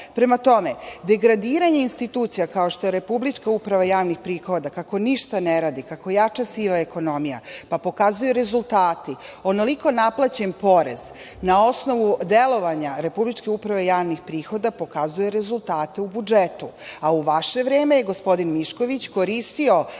on. Prema tome, degradiranje institucija, kao što je Republička uprava javnih prihoda, kako ništa ne radi, kako jača siva ekonomija, pa pokazuju rezultati. Onoliko naplaćen porez na osnovu delovanja Republičke uprave javnih prihoda pokazuje rezultate u budžetu, a u vaše vreme je gospodin Mišković koristio